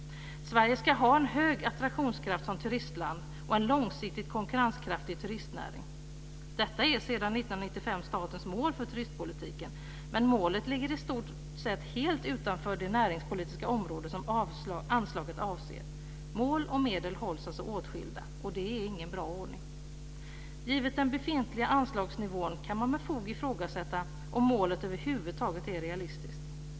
Sverige ska som turistland ha stor attraktionskraft och en långsiktigt konkurrenskraftig turistnäring. Detta är sedan 1995 statens mål för turistpolitiken men målet ligger i stort sett helt utanför det näringspolitiska område som anslaget avser. Mål och medel hålls alltså avskilda, och det är ingen bra ordning. Givet befintlig anslagsnivå kan man med fog ifrågasätta om målet över huvud taget är realistiskt.